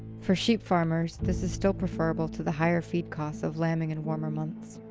for sheep farmers, this is still preferable to the higher feed costs of lambing in warmer months.